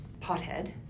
pothead